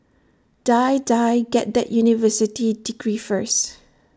Die Die get that university degree first